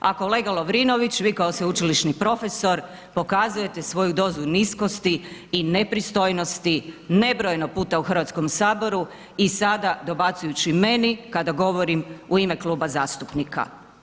A kolega Lovrinović vi kao sveučilišni profesor pokazujete svoju dozu niskosti i nepristojnosti nebrojeno puta u Hrvatskom saboru i sada dobacujući meni kada govorim u ime Kluba zastupnika.